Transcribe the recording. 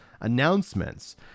announcements